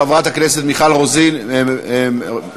חברת הכנסת מיכל רוזין, לא,